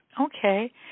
Okay